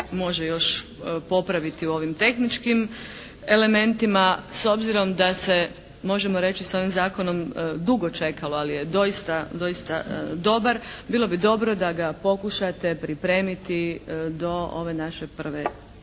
može još popraviti u ovim tehničkim elementima. S obzirom da se možemo reći s ovim zakonom dugo čekalo, ali je doista, doista dobar bilo bi dobro da ga pokušate pripremiti do ove naše prve